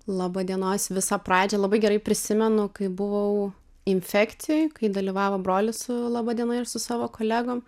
labadienos visą pradžią labai gerai prisimenu kai buvau infekcijoj kai dalyvavo brolis su labadiena ir su savo kolegom